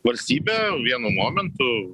valstybę vienu momentu